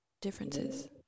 differences